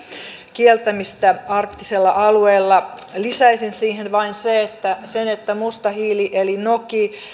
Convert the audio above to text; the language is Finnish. kieltämistä arktisella alueella lisäisin siihen vain sen että mustan hiilen eli